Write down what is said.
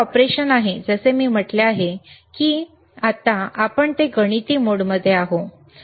हे ऑपरेशन आहे जसे मी म्हटले आहे की हे ऑपरेशन आहे कारण आत्ता ते गणिती मोडमध्ये आहे